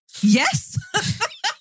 Yes